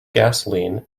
gasoline